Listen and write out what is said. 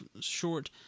short